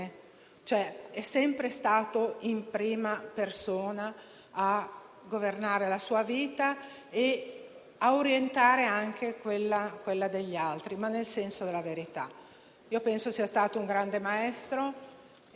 Zavoli è stato un protagonista del giornalismo italiano e della vita civile e culturale della nostra storia recente. Con lui scompare una grande voce di libertà, uno dei più importanti giornalisti dell'Italia del Dopoguerra,